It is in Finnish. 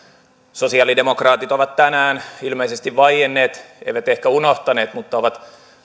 sosialidemokraatit ovat tänään ilmeisesti vaienneet eivät ehkä unohtaneet mutta ovat